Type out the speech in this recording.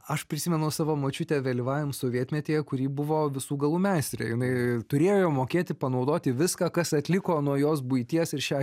aš prisimenu savo močiutę vėlyvajam sovietmetyje kuri buvo visų galų meistrė jinai turėjo mokėti panaudoti viską kas atliko nuo jos buities ir šią